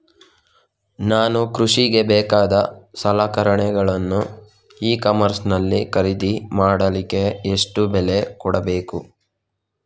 ನಾನು ಕೃಷಿಗೆ ಬೇಕಾದ ಸಲಕರಣೆಗಳನ್ನು ಇ ಕಾಮರ್ಸ್ ನಲ್ಲಿ ಖರೀದಿ ಮಾಡಲಿಕ್ಕೆ ಎಷ್ಟು ಬೆಲೆ ಕೊಡಬೇಕು?